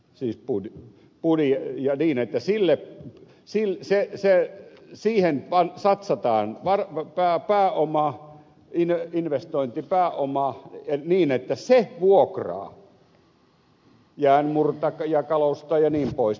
siis uudet puoli ei näytä sille omistama kalustoyhtiö ja siihen satsataan pääomaa investointipääomaa niin että se vuokraa jäänmurtajakalustoa jnp